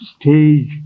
stage